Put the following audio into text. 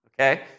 okay